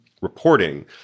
reporting